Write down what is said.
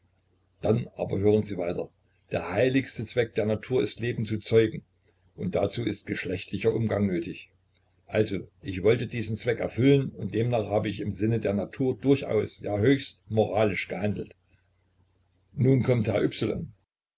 dann aber hören sie weiter der heiligste zweck der natur ist leben zu zeugen und dazu ist geschlechtlicher umgang nötig also ich wollte diesen zweck erfüllen und demnach habe ich im sinne der natur durchaus ja höchst moralisch gehandelt nun kommt herr